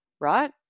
right